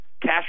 cash